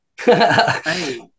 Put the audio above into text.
hey